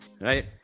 Right